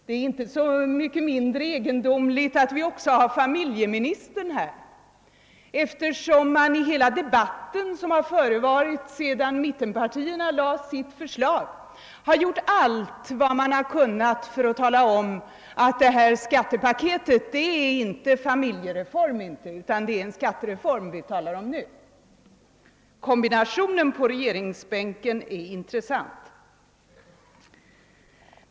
Det är inte så mycket mindre egendomligt än att vi också har familjeministern här, eftersom man i hela den debatt som förevarit sedan mittenpartierna framlade sitt förslag gjort allt vad man har kunnat för att tala om att skattepaketet inte är någon familjereform utan en skattereform. Kombinationen på regeringsbänken är intressant.